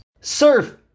Surf